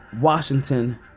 Washington